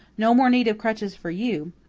no more need of crutches for you,